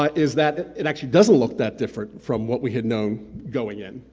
ah is that it actually doesn't look that different from what we had known going in,